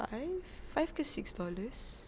five five ke six dollars